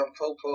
Popo